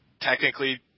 technically